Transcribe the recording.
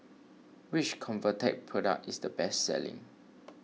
which Convatec product is the best selling